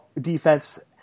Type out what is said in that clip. defense